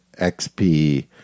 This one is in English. XP